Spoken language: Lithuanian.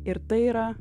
ir tai yra